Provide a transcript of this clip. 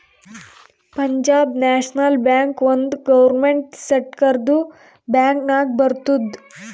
ಪಂಜಾಬ್ ನ್ಯಾಷನಲ್ ಬ್ಯಾಂಕ್ ಒಂದ್ ಗೌರ್ಮೆಂಟ್ ಸೆಕ್ಟರ್ದು ಬ್ಯಾಂಕ್ ನಾಗ್ ಬರ್ತುದ್